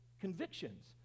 convictions